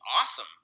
awesome